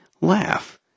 laugh